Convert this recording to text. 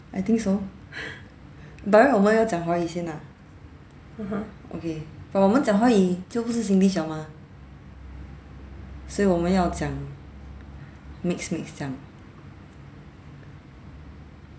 I think so by right 我们要讲华语先啊 okay but 我们讲华语就不是 singlish liao mah 所以我们要讲 mix mix 这样